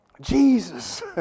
Jesus